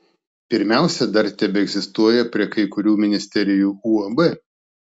pirmiausia dar tebeegzistuoja prie kai kurių ministerijų uab